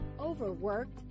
Overworked